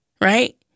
Right